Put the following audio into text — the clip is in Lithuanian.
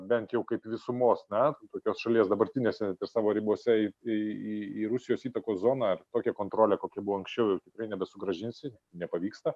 bent jau kaip visumos na tokios šalies dabartinėse savo ribose į į rusijos įtakos zoną tokia kontrolė kokia buvo anksčiau jau tikrai nebesugrąžinsi nepavyksta